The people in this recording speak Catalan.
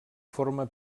forma